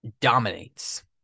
dominates